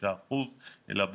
ב-95% אלא בפחות.